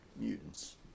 mutants